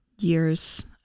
Years